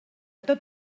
tot